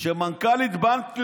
הוא שמנכ"לית בנק לאומי,